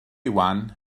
iwan